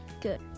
Good